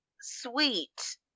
sweet